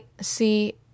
see